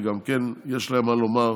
וגם כן יש להם מה לומר,